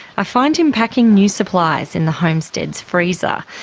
i find him packing new supplies in the homestead's freezer.